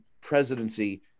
presidency